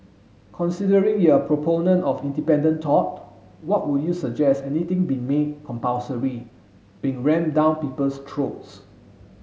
considering you're a proponent of independent thought what would you suggest anything being made compulsory being ram down people's throats